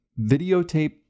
videotape